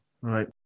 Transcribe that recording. Right